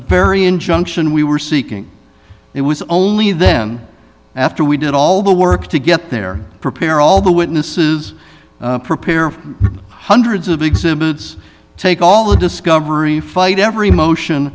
very injunction we were seeking it was only then after we did all the work to get there prepare all the witnesses prepare hundreds of exhibits take all the discovery fight every motion